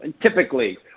typically